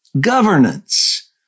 governance